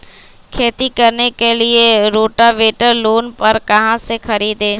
खेती करने के लिए रोटावेटर लोन पर कहाँ से खरीदे?